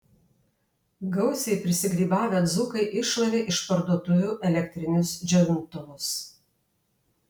gausiai prisigrybavę dzūkai iššlavė iš parduotuvių elektrinius džiovintuvus